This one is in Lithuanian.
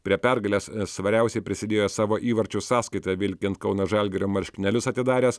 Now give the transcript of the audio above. prie pergalės svariausiai prisidėjo savo įvarčių sąskaitą vilkint kauno žalgirio marškinėlius atidaręs